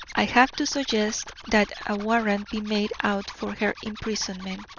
i have to suggest that a warrant be made out for her imprisonment.